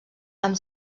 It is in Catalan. amb